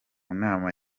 nama